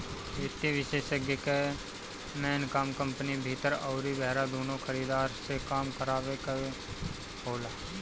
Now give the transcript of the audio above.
वित्तीय विषेशज्ञ कअ मेन काम कंपनी भीतर अउरी बहरा दूनो खरीदार से काम करावे कअ होला